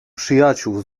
przyjaciół